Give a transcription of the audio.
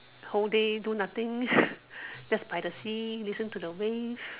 whole day do nothing just by the sea listen to the waves